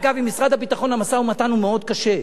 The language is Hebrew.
אגב, עם משרד הביטחון המשא-ומתן הוא מאוד קשה.